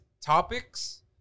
topics